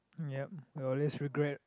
yup or else regret